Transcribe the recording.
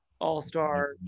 All-Star